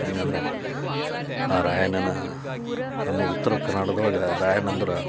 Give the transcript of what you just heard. ಹೆಂಗೆ ಅಂದ್ರೆ ಆ ರಾಯಣ್ಣನ ನಮ್ಮ ಉತ್ರ ಕರ್ನಾಟಕದೊಳಗೆ ರಾಯಣ್ಣ ಅಂದ್ರೆ